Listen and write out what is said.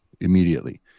immediately